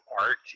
art